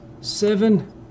seven